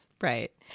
right